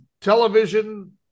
television